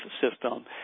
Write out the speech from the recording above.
system